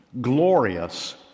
glorious